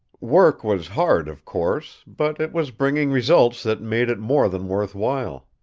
work was hard, of course, but it was bringing results that made it more than worth while.